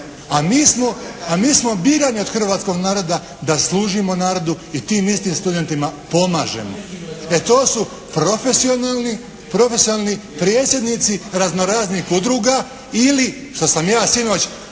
a mi smo birani od hrvatskog naroda da služimo narodu i tim istim studentima pomažemo. E to su profesionalni predsjednici razno-raznih udruga ili što sam ja sinoć